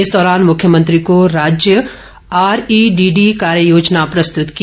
इस दौरान मुख्यमंत्री को राज्य आरईडीडी कार्य योजना प्रस्तुत की